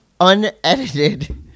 unedited